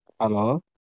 Hello